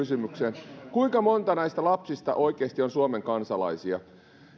pieneen sivukysymykseen kuinka monta näistä lapsista oikeasti on suomen kansalaisia